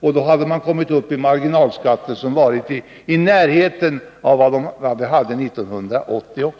Då hade man kommit upp i marginalskatter i närheten av vad de var 1980.